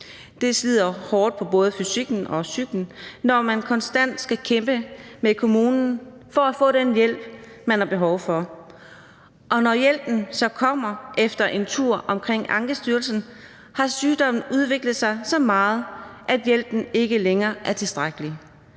Det slider hårdt på både fysikken og psyken, når man konstant skal kæmpe med kommunen for at få den hjælp, man har brug for, og når hjælpen så kommer efter en tur omkring Ankestyrelsen, har sygdommen udviklet sig så meget, at hjælpen ikke længere er tilstrækkelig.